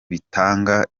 bitanga